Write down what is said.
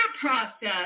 process